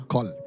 Call